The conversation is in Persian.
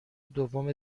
دوم